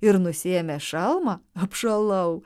ir nusiėmė šalmą apšalau